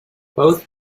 both